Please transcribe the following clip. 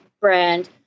brand